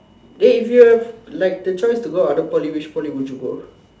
dey if you have like the choice to go other Poly which Poly would you go